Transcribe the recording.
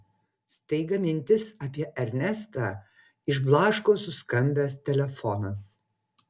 staiga mintis apie ernestą išblaško suskambęs telefonas